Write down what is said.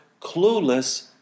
clueless